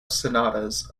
sonatas